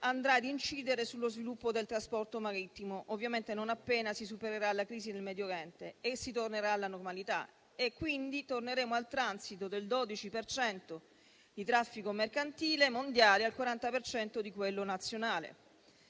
andrà ad incidere sullo sviluppo del trasporto marittimo, ovviamente non appena si supererà la crisi del Medio Oriente e si tornerà alla normalità, e quindi torneremo al transito del 12 per cento di traffico mercantile mondiale e al 40 per cento di quello nazionale